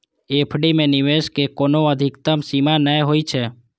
FD मे निवेश के कोनो अधिकतम सीमा नै होइ छै